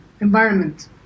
environment